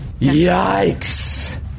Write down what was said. Yikes